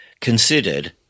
considered